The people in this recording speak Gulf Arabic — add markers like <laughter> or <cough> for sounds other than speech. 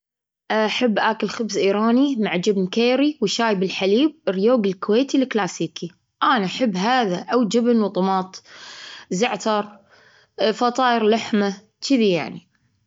أحب أكل خبز إيراني مع جبن كيري وشاي بالحليب الريوج الكويتي الكلاسيكي. أنا أحب هذا أو جبن وطماط، <hesitation> زعتر، <hesitation> فطاير لحمة، تشذي يعني!